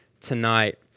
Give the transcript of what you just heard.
tonight